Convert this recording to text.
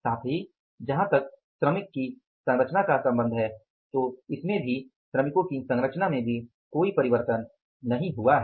साथ ही जहाँ तक श्रमिक की संरचना का संबंध है तो श्रमिकों की संरचना में भी कोई परिवर्तन नहीं हुआ है